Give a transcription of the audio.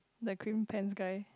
the green pants guy